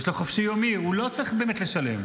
יש לו חופשי יומי, הוא לא צריך באמת לשלם,